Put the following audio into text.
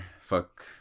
fuck